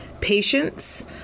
patience